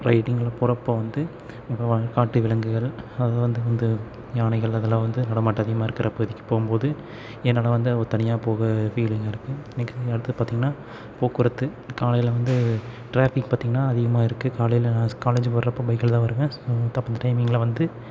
ரைடிங்கில் போகிறப்ப வந்து இப்போ காட்டு விலங்குகள் அது வந்து வந்து யானைகள் அதலாம் வந்து நடமாட்டம் அதிகமாக இருக்கிற பகுதிக்கு போகும்போது என்னால் வந்து அது தனியாக போக ஃபீலிங்காக இருக்கும் இதுக்கு அடுத்தது பார்த்தீங்கனா போக்குவரத்து காலையில் வந்து டிராஃபிக் பார்த்தீங்கனா அதிகமாக இருக்குது காலையில் நான் காலேஜ் வர்றப்போ பைக்கில்தான் வருவேன் ஸோ அப்போ அந்த டைமிங்கில் வந்து